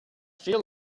feel